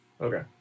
okay